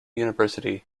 university